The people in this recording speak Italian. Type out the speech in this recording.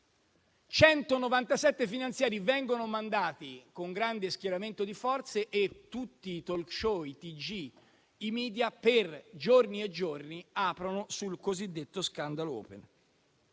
197 finanziari), che vengono mandati con grande schieramento di forze e tutti i *talk show*, i tg, i *media* per giorni e giorni aprono sul cosiddetto scandalo Open.